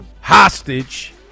Hostage